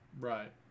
Right